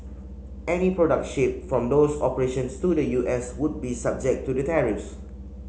any products shipped from those operations to the U S would be subject to the tariffs